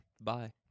Bye